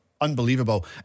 Unbelievable